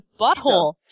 butthole